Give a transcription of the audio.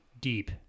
deep